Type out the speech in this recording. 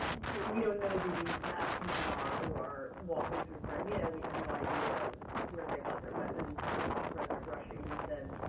we don't know who these masked men are who are walking through crimea. we have no idea where they got their weapons. i think the president of russia even said,